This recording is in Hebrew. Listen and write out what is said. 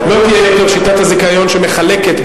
לא תהיה יותר שיטת הזיכיון שמחלקת,